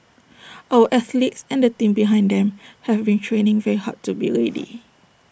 our athletes and the team behind them have been training very hard to be ready